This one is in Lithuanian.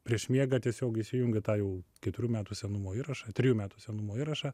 prieš miegą tiesiog įsijungiu tą jau keturių metų senumo įrašą trejų metų senumo įrašą